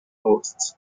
hosts